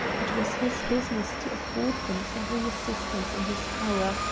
it was his business to afford them every assistance in his power,